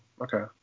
okay